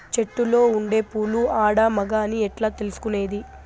చెట్టులో ఉండే పూలు ఆడ, మగ అని ఎట్లా తెలుసుకునేది?